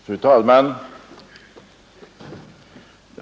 Fru talman!